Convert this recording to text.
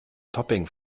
topping